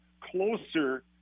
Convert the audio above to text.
closer